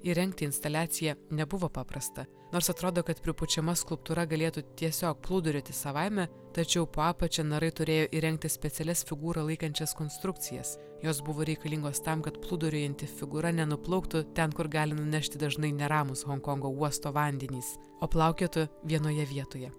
įrengti instaliaciją nebuvo paprasta nors atrodo kad pripučiama skulptūra galėtų tiesiog plūduriuoti savaime tačiau po apačia narai turėjo įrengti specialias figūrą laikančias konstrukcijas jos buvo reikalingos tam kad plūduriuojanti figūra nenuplauktų ten kur gali nunešti dažnai neramūs honkongo uosto vandenys o plaukiotų vienoje vietoje